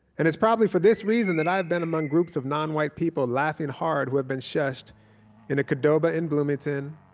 and it's probably for this reason that i have been among groups of nonwhite people laughing hard who have been shushed in a qdoba in bloomington,